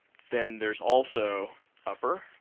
then, there's also upper,